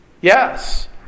Yes